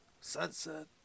Sunset